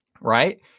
right